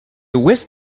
whisked